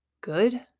good